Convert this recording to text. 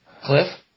Cliff